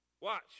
Watch